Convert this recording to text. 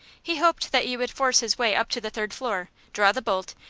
he hoped that he would force his way up to the third floor, draw the bolt,